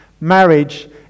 Marriage